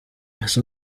ese